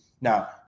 Now